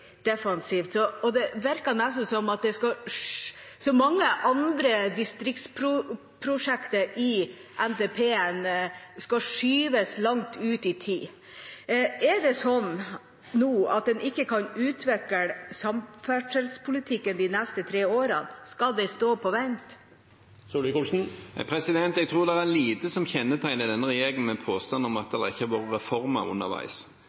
defensivt, og det virker nesten som om mange andre distriktsprosjekter i NTP-en skal skyves langt ut i tid. Er det sånn nå at en ikke kan utvikle samferdselspolitikken de neste tre årene? Skal de stå på vent? Jeg tror det er lite som kjennetegner denne regjeringen når det gjelder påstanden om at det ikke har vært reformer underveis.